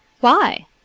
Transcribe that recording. Why